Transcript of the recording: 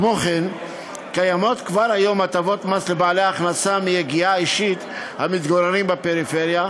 כבר כיום קיימות הטבות מס לבעלי הכנסה מיגיעה אישית המתגוררים בפריפריה.